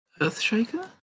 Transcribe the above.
Earthshaker